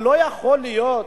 לא יכול להיות